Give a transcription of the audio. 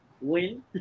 Win